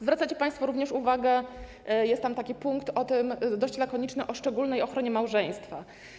Zwracacie państwo również uwagę, jest tam taki punkt, dość lakoniczny, o szczególnej ochronie małżeństwa.